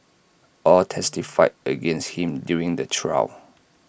all testified against him during the trial